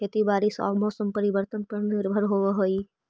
खेती बारिश आऊ मौसम परिवर्तन पर निर्भर होव हई